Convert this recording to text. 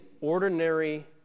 ordinary